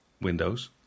Windows